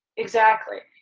exactly.